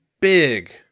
big